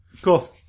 Cool